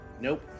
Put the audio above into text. Nope